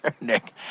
Nick